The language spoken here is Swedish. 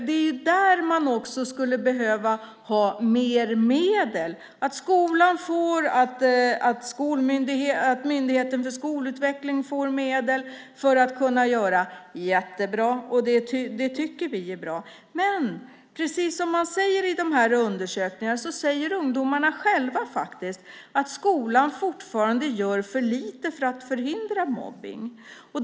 Det är där man skulle behöva mer medel. Att skolan får medel, att Myndigheten för skolutveckling får medel tycker vi är jättebra. Men precis som i de här undersökningarna säger ungdomarna själva faktiskt att skolan fortfarande gör för lite för att förhindra mobbning.